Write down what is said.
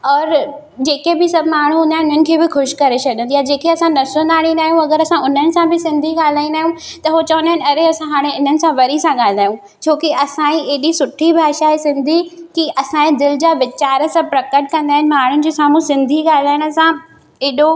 और जेके बि सभु माण्हू हूंदा आहिनि हुननि खे बि ख़ुशि करे छॾंदी आहे जेके असां न सुञाणीदा आहियूं अगरि असां हुननि सां बि सिंधी ॻाल्हाईंदा आहियूं त उहो चवंदा आहिनि अरे असां हाणे इन्हनि सां वरी सां ॻाल्हाइयूं आहियूं छोकी असांजी एडी सुठी भाषा आहे सिंधी की असांजे दिलि जा वीचार सभु प्रकट कंदा आहिनि माण्हुनि जे साम्हूं सिंधी ॻाल्हाइण सां एॾो